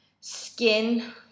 skin